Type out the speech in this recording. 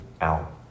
out